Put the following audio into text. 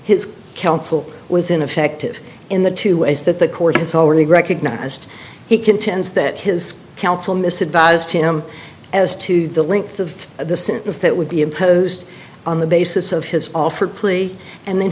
his counsel was ineffective in the two ways that the court has already recognized he contends that his counsel mis advised him as to the length of the sentence that would be imposed on the basis of his offer plea and then